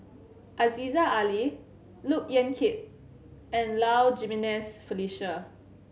Aziza Ali Look Yan Kit and Low Jimenez Felicia